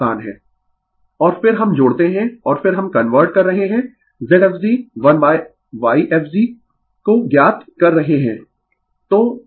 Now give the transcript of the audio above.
Refer slide Time 1058 और फिर हम जोड़ते है और फिर हम कन्वर्ट कर रहे है Zfg1Yfg को ज्ञात कर रहे है